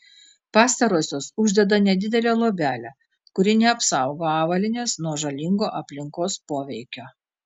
pastarosios uždeda nedidelę luobelę kuri neapsaugo avalynės nuo žalingo aplinkos poveikio